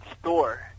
store